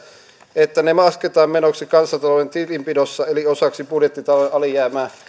että ne lasketaan menoksi kansantalouden tilinpidossa eli osaksi budjettita louden alijäämää